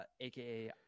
aka